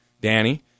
Danny